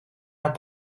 haar